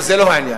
אבל זה לא העניין.